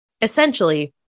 Essentially